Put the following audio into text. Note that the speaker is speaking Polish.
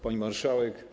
Pani Marszałek!